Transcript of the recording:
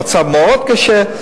המצב מאוד קשה,